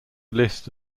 list